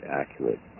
accurate